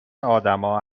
آدما